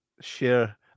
share